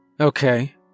Okay